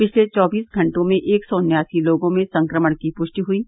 पिछले चौबीस घंटों में एक सौ उन्यासी लोगों में संक्रमण की पुष्टि हुयी